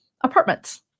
apartments